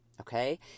Okay